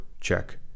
check